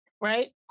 right